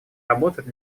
работать